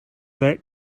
that